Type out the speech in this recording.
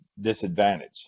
disadvantage